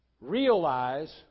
realize